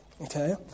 okay